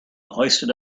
hoisted